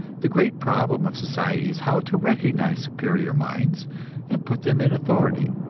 the great problem of society is how to recognize superior minds and put them in authority.